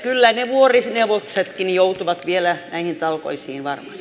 kyllä ne vuorineuvoksetkin joutuvat vielä näihin talkoisiin va e